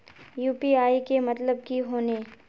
UPI के मतलब की होने?